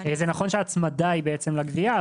זה נכון שההצמדה היא בעצם לגבייה,